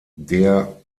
der